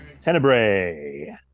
Tenebrae